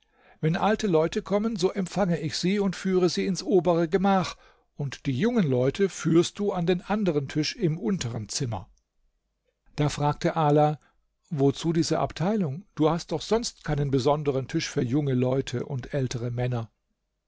wenn alte leute kommen so empfange ich sie und führe sie ins obere gemach und die jungen leute führst du an den anderen tisch im unteren zimmer da fragte ala wozu diese abteilung du hast doch sonst keinen besonderen tisch für junge leute und ältere männer